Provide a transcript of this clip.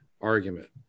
argument